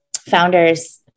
founders